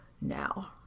now